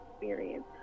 experience